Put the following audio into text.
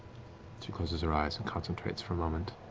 she closes her eyes and concentrates for a moment.